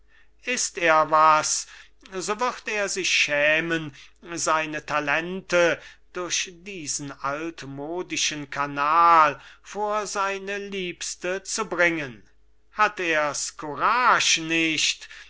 ist er was so wird er sich schämen seine talente durch diesen altmodischen kanal vor seine liebste zu bringen hat er's courage nicht